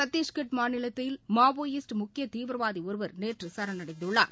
சத்தீஷ்கட் மாநிலத்தில் மாவோயிஸ்ட் முக்கியதீவிரவாதிஒருவர் நேற்றுசரணடைந்துள்ளார்